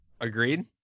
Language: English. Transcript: Agreed